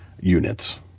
units